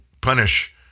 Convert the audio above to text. punish